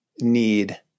need